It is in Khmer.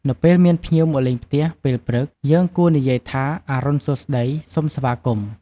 នៅពេលមាន ភ្ញៀវមកលេងផ្ទះពេលព្រឹក យើងគួរនិយាយថា "អរុណសួស្តី សូមស្វាគមន៍!"។